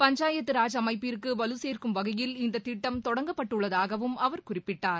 பஞ்சாயத்து ராஜ் அமைப்பிற்கு வலுசேர்க்கும் வகையில் இந்த திட்டம் தொடங்கப்பட்டுள்ளதாகவும் அவர் குறிப்பிட்டார்